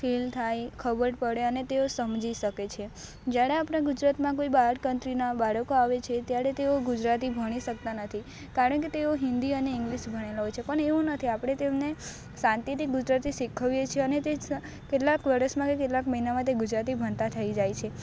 feel થાય ખબર પડે અને તેઓ સમજી શકે છે જ્યારે આપણા ગુજરાતમાં કોઈ બહારની કન્ટ્રીના બાળકો આવે છે ત્યારે તેઓ ગુજરાતી ભણી શકતાં નથી કારણકે તેઓ હિન્દી અને ઇંગ્લિશ ભણેલાં હોય છે પણ એવું નથી આપણે તો એમને શાંતિથી ગુજરાતી શિખવીએ છે અને તે કેટલાંક વર્ષમાં કેટલાંક મહિનામાં તે ગુજરાતી ભણતાં થઈ જાય છે